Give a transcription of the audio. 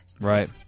Right